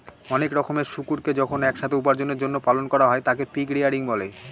অনেক রকমের শুকুরকে যখন এক সাথে উপার্জনের জন্য পালন করা হয় তাকে পিগ রেয়ারিং বলে